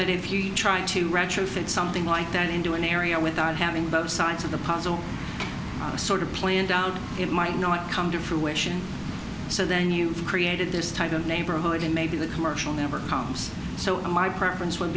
that if you try to retrofit something like that into an area without having both sides of the puzzle sort of planned out it might not come to fruition so then you've created this type of neighborhood and maybe the commercial never comes so my preference would